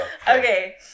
Okay